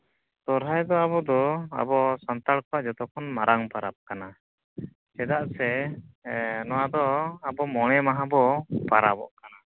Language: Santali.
ᱥᱚᱦᱨᱟᱭ ᱫᱚ ᱟᱵᱚ ᱫᱚ ᱟᱵᱚ ᱥᱟᱱᱛᱟᱲ ᱠᱚᱣᱟᱜ ᱡᱚᱛᱚ ᱠᱷᱚᱱ ᱢᱟᱨᱟᱝ ᱯᱚᱨᱚᱵᱽ ᱠᱟᱱᱟ ᱪᱮᱫᱟᱜ ᱥᱮ ᱟᱵᱚ ᱢᱚᱬᱮ ᱢᱟᱦᱟ ᱵᱚᱱ ᱯᱚᱨᱚᱵᱚᱜ ᱠᱟᱱᱟ